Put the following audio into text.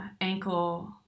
ankle